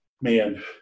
man